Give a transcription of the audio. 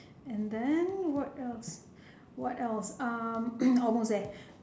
and then what else what else um almost there